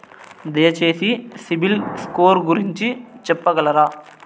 దయచేసి CIBIL score గురించి చెప్పగలరా?